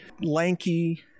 lanky